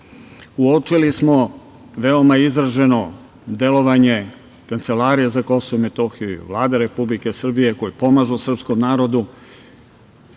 smo veoma izraženo delovanje Kancelarije za Kosovo i Metohiju i Vlade Republike Srbije koji pomažu srpskom narodu